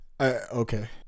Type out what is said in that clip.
okay